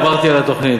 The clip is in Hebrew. עברתי על התוכנית,